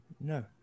no